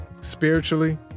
spiritually